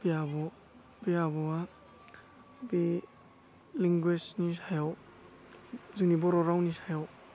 बे आब' बे आब'आ बे लेंगुवेसनि सायाव जोंनि बर' रावनि सायाव